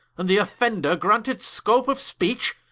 and the offendor graunted scope of speech,